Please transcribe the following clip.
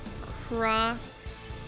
cross